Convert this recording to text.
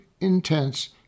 intense